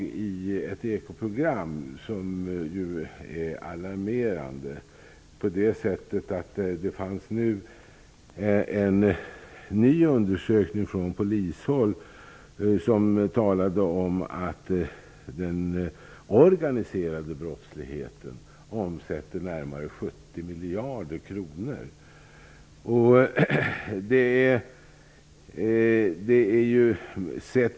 Ekoprogram som var alarmerande, på det sättet att det i en ny undersökning från polishåll talas om att den organiserade brottsligheten omsätter närmare 70 miljarder kronor.